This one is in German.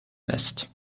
lässt